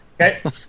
okay